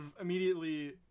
immediately